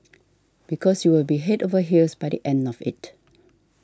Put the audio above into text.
because you will be head over heels by the end of it